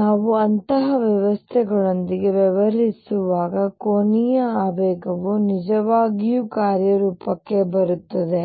ನಾವು ಅಂತಹ ವ್ಯವಸ್ಥೆಗಳೊಂದಿಗೆ ವ್ಯವಹರಿಸುವಾಗ ಕೋನೀಯ ಆವೇಗವು ನಿಜವಾಗಿಯೂ ಕಾರ್ಯರೂಪಕ್ಕೆ ಬರುತ್ತದೆ